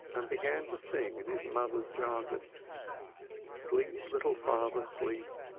and began to sing in his mothers jargon sleep, little father, sleep,